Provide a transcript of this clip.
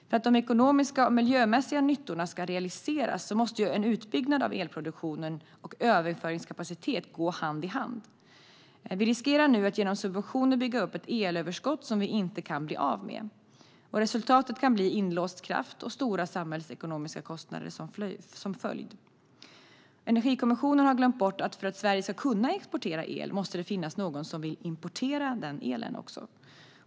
För att de ekonomiska och miljömässiga nyttorna ska realiseras måste utbyggnad av elproduktion och överföringskapacitet gå hand i hand. Vi riskerar nu att genom subventioner bygga upp ett elöverskott som vi inte kan bli av med. Resultatet kan bli inlåst kraft och stora samhällsekonomiska kostnader som följd. Energikommissionen har glömt bort att för att Sverige ska kunna exportera el måste det finnas någon som vill importera den elen.